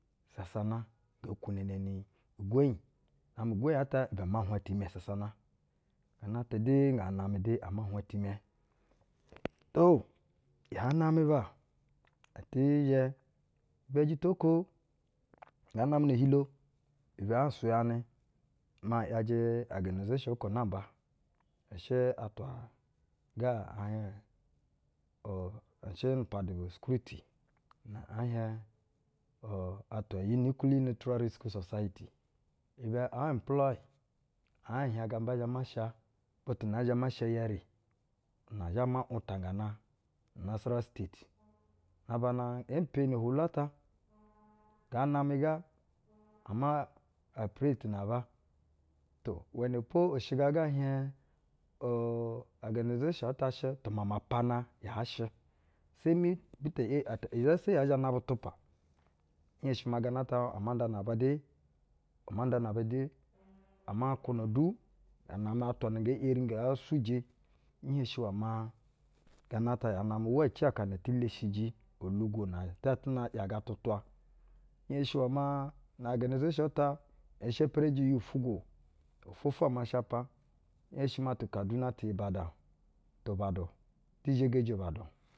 Sasana nge kwuneneni ugwonyi. Na-amɛ ugwonyi ata ibɛ ama nhwa itimɛ sasana. Gana atu du ngaa namɛ de ama nhwa itimɛ. Oo, yaa namɛ ba eti zhɛ, ibɛ jito-uko nga namɛ ne-ehilo, ibɛ aa nsuyanɛ, maa iyajɛ oganazeshuɧ okwo namba, i shɛ atwa ga ɛɛ hieɧ, ur u shɛ nu upandu tɛ’yacɛ ana ɛɛ hieɧ atwa yunikili niwutura reskiwu sasayiti. Ibɛ aɧ imploy, ɛɛ hieɧ gamba nzhɛ ma sha butu nzhɛ ma sha iyɛrɛ, una nzhɛ ma untagaɧna unasarawa stet. Na abana ee mprni ohwolu ata, nga namɛ ga, ama nda ugondu na aba, to, iwɛnɛ po ishɛ gana ga ɛɛ hieɧ ur ogana zeshuɧ ata shɛ tu mama pana yaa shɛ, semi bi tee r, ete er izasa iyi ɛɛ zhɛ nab u tupa, nhenshi ma agama ata ama nda na-aba de, ama nda na-aba de, ama kwuna du, na-amɛ atwa na nge ‘yeri nga suje. Nheshi iwɛ maa gana ata yaa namɛ uwa ici aka na eti leshiji olugwo na ɛti zhɛ tu na ‘yage tutwa. Nhenshi iwɛ maa ogana zeshuɧ ata, e shepereji iyi-ufwugwo, ofwo-ofwo ama nshapo. Nheshi maa tu kaduna, tu ibadan, tu ubadu.